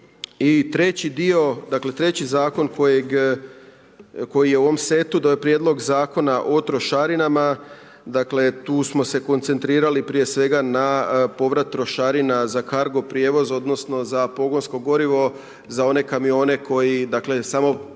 tako skupo. I treći zakon koji je u ovom setu to je prijedlog Zakona o trošarinama. Dakle tu smo se koncentrirali prije svega na povrat trošarina za cargo prijevoz, odnosno za pogonsko gorivo za one kamione koji, do sad su samo